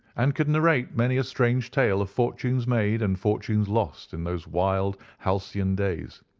and could narrate many a strange tale of fortunes made and fortunes lost in those wild, halcyon days.